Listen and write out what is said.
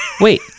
wait